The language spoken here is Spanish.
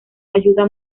ayuda